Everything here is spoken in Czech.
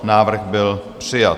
Návrh byl přijat.